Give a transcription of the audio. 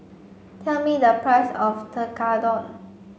tell me the price of Tekkadon